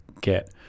get